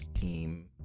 team